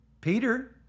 Peter